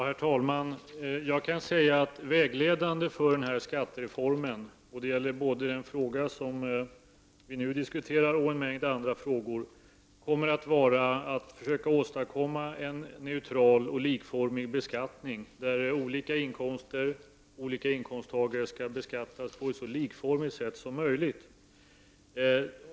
Herr talman! Vägledande för skattereformen, och det gäller både den fråga som vi nu diskuterar och en mängd andra frågor, kommer att vara att försöka åstadkomma en neutral och likformig beskattning där olika inkomsttagare beskattas på ett så likformigt sätt som möjligt.